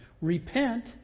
Repent